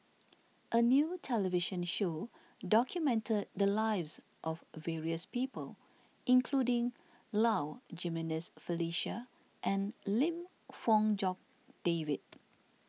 a new television show documented the lives of various people including Low Jimenez Felicia and Lim Fong Jock David